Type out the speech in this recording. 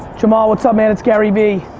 jamal, what's up, man? it's garyvee.